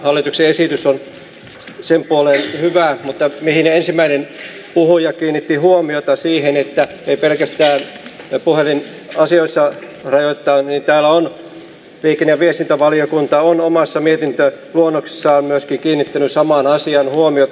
hallituksen esitys on sen puoleen hyvä mutta kun ensimmäinen puhuja kiinnitti huomiota siihen että ei pitäisi pelkästään puhelinasioihin rajoittaa niin liikenne ja viestintävaliokunta on omassa mietintöluonnoksessaan myöskin kiinnittänyt samaan asiaan huomiota